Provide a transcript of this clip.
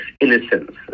innocence